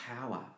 power